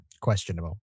questionable